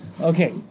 Okay